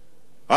ההתנחלויות,